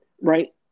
Right